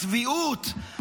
הצביעות,